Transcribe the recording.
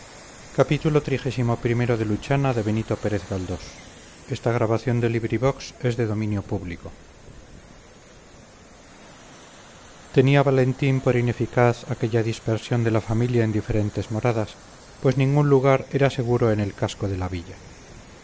dioses tenía valentín por ineficaz aquella dispersión de la familia en diferentes moradas pues ningún lugar era seguro en el casco de la villa